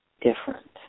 different